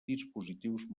dispositius